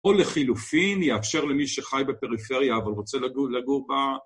או לחילופין, יאפשר למי שחי בפריפריה, אבל רוצה לגור בה.